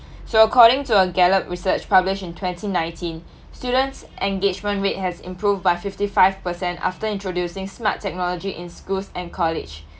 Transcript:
so according to a Gallup research published in twenty nineteen students engagement rate has improved by fifty five percent after introducing smart technology in schools and college